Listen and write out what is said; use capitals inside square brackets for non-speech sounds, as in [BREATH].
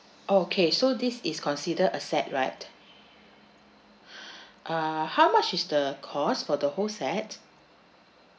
okay so this is considered a set right [BREATH] uh how much is the cost for the whole set